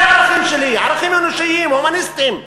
זה הערכים שלי, ערכים אנושיים, הומניסטיים.